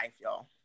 y'all